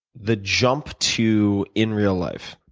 the jump to in real life,